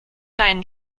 deinen